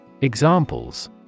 Examples